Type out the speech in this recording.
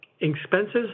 expenses